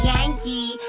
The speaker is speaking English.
Yankee